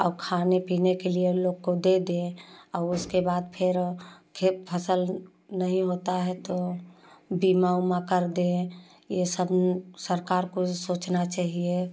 और खाने पीने के लिए उन लोग को दे दें और उसके बाद फिर खेत फसल नहीं होता है तो बीमा उमा करते हैं ये सब सरकार को सोचना चाहिए